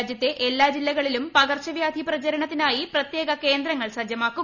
രാജ്യത്തെ എല്ലാ ജില്ലകളിലും പകർച്ച വ്യാധി പരിചരണത്തിനായി പ്രത്യേക കേന്ദ്രങ്ങൾ സജ്ജമാക്കും